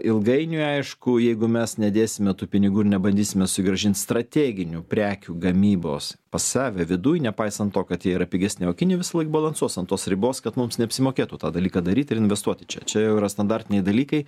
ilgainiui aišku jeigu mes nedėsime tų pinigų ir nebandysime susigrąžint strateginių prekių gamybos pas save viduj nepaisant to kad jie yra pigesni kinija visąlaik balansuos ant tos ribos kad mums neapsimokėtų tą dalyką daryt ir investuot čia čia jau yra standartiniai dalykai